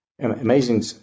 amazing